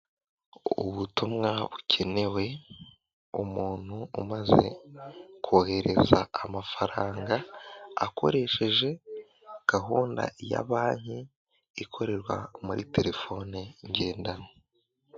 Ubutumwa bukenewe, umuntu umaze kohereza amafaranga akoresheje gahunda ya banki ikorerwa muri terefone ngendanwa.